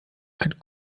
ein